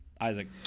isaac